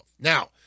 now